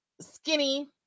skinny